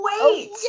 Wait